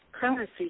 currency